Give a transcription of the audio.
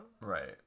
Right